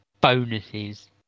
bonuses